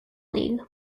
league